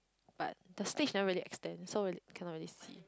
but the stage never really extend so really cannot really see